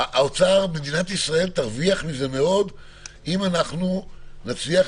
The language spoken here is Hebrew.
מדינת ישראל תרוויח מאוד אם נצליח